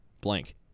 blank